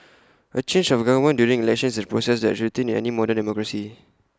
A change of government during elections is A process that's routine in any modern democracy